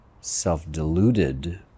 self-deluded